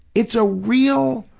it's a real,